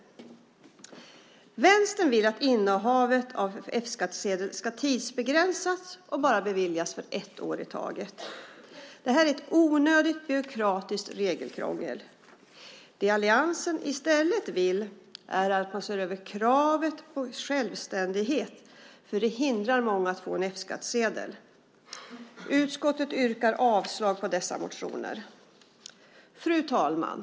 Vänstern vill att innehavet av F-skattsedel ska tidsbegränsas och bara beviljas för ett år i taget. Det är ett onödigt byråkratiskt regelkrångel. Det alliansen i stället vill är att man ser över kravet på självständighet. Det hindrar många från att få en F-skattsedel. Jag yrkar avslag på dessa motioner. Fru talman!